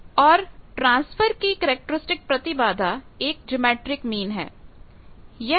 और ट्रांसफार्मर की कैरेक्टरिस्टिक प्रतिबाधा एक ज्योमैट्रिकमीन है